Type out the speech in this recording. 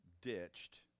ditched